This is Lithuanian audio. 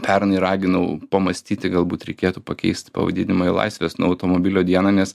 pernai raginau pamąstyti galbūt reikėtų pakeisti pavadinimą į laisvės nuo automobilio dieną nes